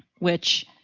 which,